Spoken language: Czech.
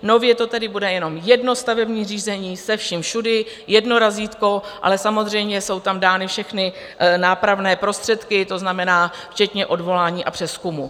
Nově to tedy bude jen jedno stavební řízení se vším všudy, jedno razítko, ale samozřejmě jsou tam dány všechny nápravné prostředky, to znamená včetně odvolání a přezkumu.